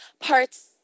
parts